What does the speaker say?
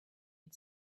had